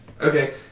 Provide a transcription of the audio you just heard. Okay